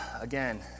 again